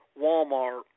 Walmart